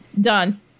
Done